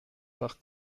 par